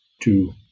two